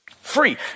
free